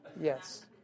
yes